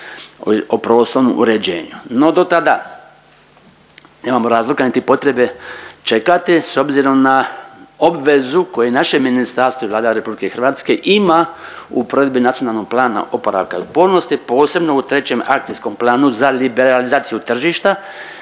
o prostornom uređenju. No do tada nemamo razloga niti potrebe čekati s obzirom na obvezu koje naše ministarstvo i Vlada RH ima u provedbi NPOO-a, posebno u trećem Akcijskom planu za liberalizaciju tržištu